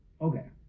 Okay